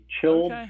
Chilled